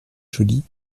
joli